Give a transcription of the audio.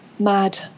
Mad